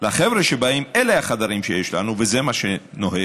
לחבר'ה שבאים: אלה החדרים שיש לנו וזה מה שנוהג,